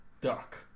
duck